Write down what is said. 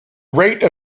rate